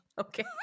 Okay